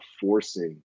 forcing